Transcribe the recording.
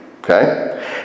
Okay